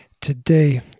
today